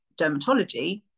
dermatology